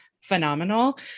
phenomenal